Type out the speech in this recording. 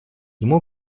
ему